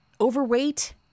Overweight